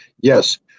Yes